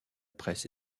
presse